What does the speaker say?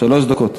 שלוש דקות.